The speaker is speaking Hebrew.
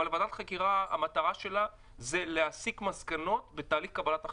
אבל המטרה של ועדת חקירה היא להסיק מסקנות בתהליך קבלת ההחלטות.